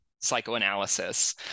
psychoanalysis